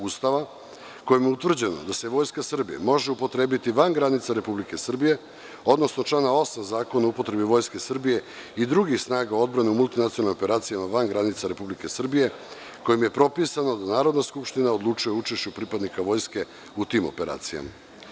Ustava kojim je utvrđeno da se Vojska Srbije može upotrebiti van granica Republike Srbije, odnosno člana 8. Zakona o upotrebi Vojske Srbije i drugih snaga odbrana u multinacionalnim operacijama van granica Republike Srbije, kojim je propisano da Narodna skupština odlučuje o učešću pripadnika Vojske u tim operacijama.